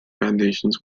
foundations